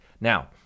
Now